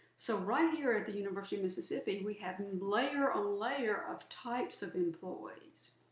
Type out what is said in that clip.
so right here at the university of mississippi, we have layer on layer of types of employees.